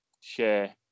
share